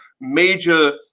major